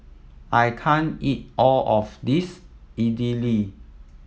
I can't eat all of this Idili